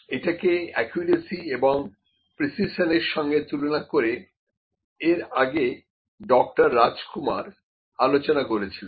এটাকে অ্যাকুরেসি এবং প্রিসিশন এর সঙ্গে তুলনা করে এর আগে ডক্টর রাজকুমার আলোচনা করেছিলেন